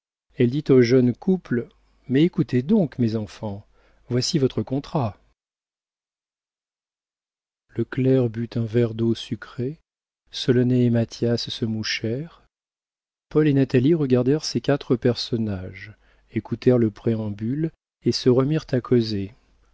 elle dit au jeune couple mais écoutez donc mes enfants voici votre contrat le clerc but un verre d'eau sucrée solonet et mathias se mouchèrent paul et natalie regardèrent ces quatre personnages écoutèrent le préambule et se remirent à causer